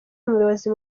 umuyobozi